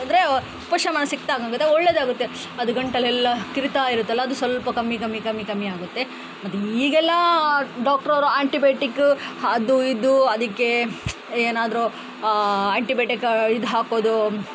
ಅಂದರೆ ಉಪಶಮನ ಸಿಕ್ದಂಗೆ ಆಗುತ್ತೆ ಒಳ್ಳೆಯದಾಗುತ್ತೆ ಅದು ಗಂಟಲೆಲ್ಲ ಕೆರಿತಾ ಇರುತ್ತಲ್ಲ ಅದು ಸ್ವಲ್ಪ ಕಮ್ಮಿ ಕಮ್ಮಿ ಕಮ್ಮಿ ಕಮ್ಮಿ ಆಗುತ್ತೆ ಮತ್ತು ಈಗೆಲ್ಲ ಡಾಕ್ಟ್ರ್ ಅವರು ಆಂಟಿಬಯಟಿಕ್ಕೂ ಅದು ಇದು ಅದಕ್ಕೆ ಏನಾದರು ಆಂಟಿಬಯಟಿಕ್ ಇದು ಹಾಕೋದು